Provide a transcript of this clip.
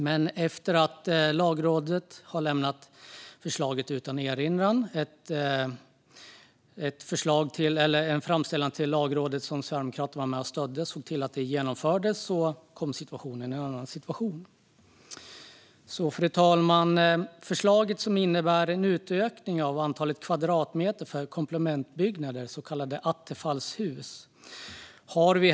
Men efter att Lagrådet lämnat förslaget utan erinran - det gjordes en framställan till Lagrådet som Sverigedemokraterna var med och stödde - kom saken i en annan dager. Fru talman! Förslaget innebär en utökning av antalet kvadratmeter för komplementbyggnader, så kallade attefallshus.